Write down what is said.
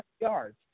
yards